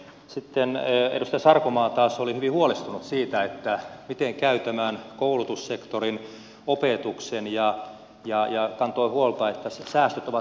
sitten edustaja sarkomaa taas oli hyvin huolestunut siitä miten käy koulutussektorin opetuksen ja kantoi huolta että säästöt ovat liian suuria